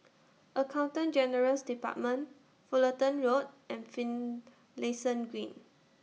Accountant General's department Fullerton Road and Finlayson Green